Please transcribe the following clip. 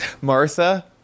Martha